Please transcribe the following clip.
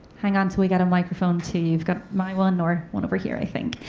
hang on till we've got a microphone to you. you've got my one or one over here, i think.